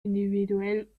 individuell